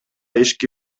ишке